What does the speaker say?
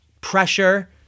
pressure